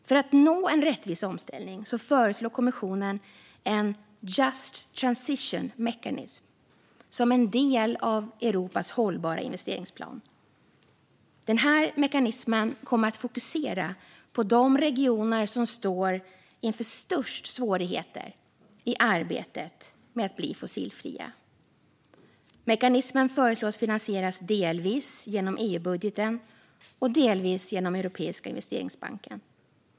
För att nå en rättvis omställning föreslår kommissionen en Just Transition Mechanism som en del av Europas hållbara investeringsplan. Den mekanismen kommer att fokusera på de regioner som står inför störst svårigheter i arbetet med att bli fossilfria. Mekanismen föreslås finansieras delvis genom EU-budgeten och delvis genom Europeiska investeringsbanken.